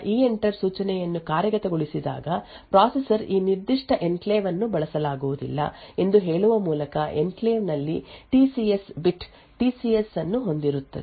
ಆದ್ದರಿಂದ ಪ್ರೊಸೆಸರ್ನಿಂದ ಎಂಟರ್ ಸೂಚನೆಯನ್ನು ಕಾರ್ಯಗತಗೊಳಿಸಿದಾಗ ಪ್ರೊಸೆಸರ್ ಈ ನಿರ್ದಿಷ್ಟ ಎನ್ಕ್ಲೇವ್ ಅನ್ನು ಬಳಸಲಾಗುವುದಿಲ್ಲ ಎಂದು ಹೇಳುವ ಮೂಲಕ ಎನ್ಕ್ಲೇವ್ ನಲ್ಲಿ T C S bit T C S ಅನ್ನು ಹೊಂದಿಸುತ್ತದೆ